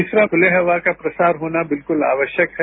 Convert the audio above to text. तीसरा खुले हवा का प्रसार होना बिल्कुल आवश्यक है